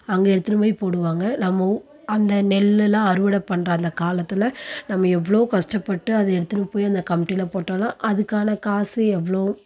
அங்கே எடுத்துகினு போய் போடுவாங்க நம்ம ஊ அந்த நெல்லெலாம் அறுவடை பண்ணுற அந்த காலத்தில் நம்ம எவ்வளோ கஷ்டப்பட்டு அதை எடுத்துகினு போய் அந்த கமிட்டில போட்டாலும் அதுக்கான காசு எவ்வளோ